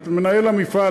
את מנהל המפעל,